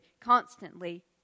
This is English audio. constantly